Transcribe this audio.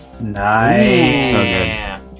Nice